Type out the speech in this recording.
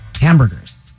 hamburgers